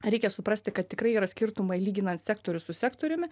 reikia suprasti kad tikrai yra skirtumai lyginant sektorių su sektoriumi